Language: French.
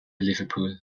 liverpool